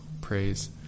praise